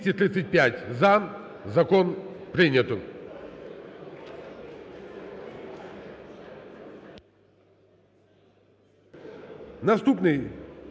Закон прийнято.